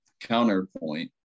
counterpoint